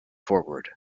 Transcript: forward